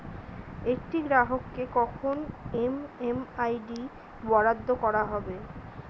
একটি গ্রাহককে কখন এম.এম.আই.ডি বরাদ্দ করা হবে?